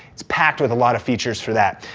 it's packed with a lot of features for that.